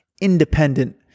independent